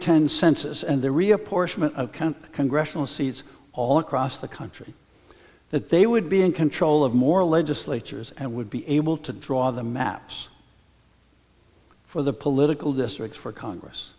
ten census and the reapportionment congressional seats all across the country that they would be in control of more legislatures and would be able to draw the maps for the political districts for congress